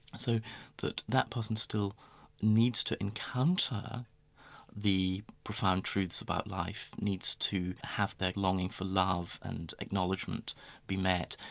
so that that person still needs to encounter the profound truths about life, needs to have their longing for love and acknowledgment be met,